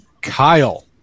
Kyle